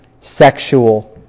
sexual